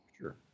Sure